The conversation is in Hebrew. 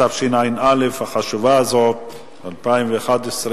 התשע"א 2011, החשובה הזאת, עברה,